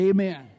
Amen